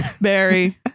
Barry